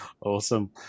awesome